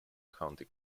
county